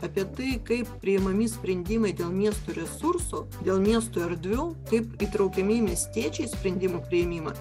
apie tai kaip priimami sprendimai dėl miestų resursų dėl miesto erdvių kaip įtraukiami miestiečiai į sprendimų priėmimą